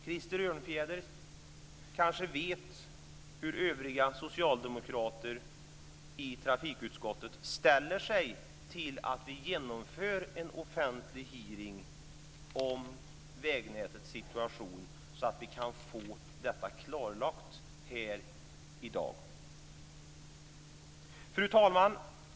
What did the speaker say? Krister Örnfjäder kanske vet hur övriga socialdemokrater i trafikutskottet ställer sig till att vi genomför en offentlig hearing kring vägnätets situation så att vi kan få detta klarlagt här i dag. Fru talman!